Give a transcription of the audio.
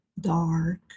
dark